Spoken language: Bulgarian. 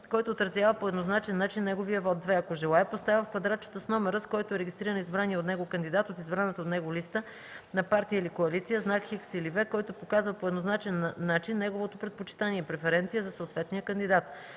който изразява по еднозначен начин неговия вот; 2. ако желае, поставя в квадратчето с номера, с който е регистриран избраният от него кандидат от избраната от него листа на партия или коалиция, знак „Х” или „V“, който показва по еднозначен начин неговото предпочитание (преференция) за съответния кандидат;